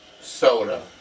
soda